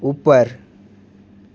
ઉપર